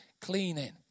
cleaning